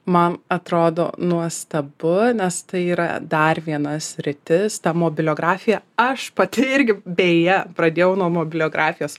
man atrodo nuostabu nes tai yra dar viena sritis tą mobiliografija aš pati irgi beje pradėjau nuo moblijografijos